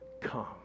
come